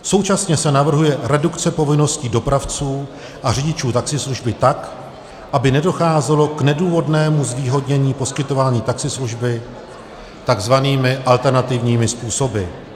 Současně se navrhuje redukce povinností dopravců a řidičů taxislužby tak, aby nedocházelo k nedůvodnému zvýhodnění poskytování taxislužby takzvanými alternativními způsoby.